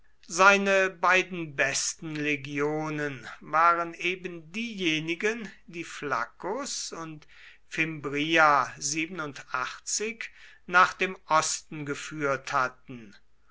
seine beiden besten legionen waren ebendiejenigen die flaccus und fimbria nach dem osten geführt hatten